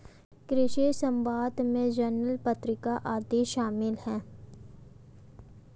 कृषि समवाद में जर्नल पत्रिका आदि शामिल हैं